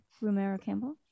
Romero-Campbell